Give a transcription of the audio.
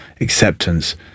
acceptance